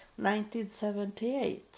1978